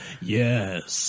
Yes